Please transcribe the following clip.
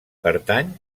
pertany